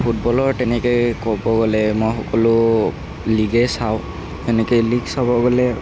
ফুটবলৰ তেনেকৈ ক'ব গ'লে মই সকলো লীগে চাওঁ সেনেকৈয়ে লীগ চাব গ'লে